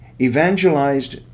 evangelized